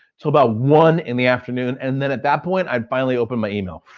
till about one in the afternoon and then at that point, i finally open my email.